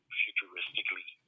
futuristically